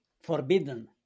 forbidden